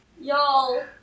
Y'all